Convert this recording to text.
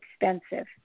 expensive